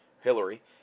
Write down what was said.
Hillary